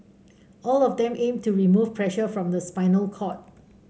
all of them aim to remove pressure from the spinal cord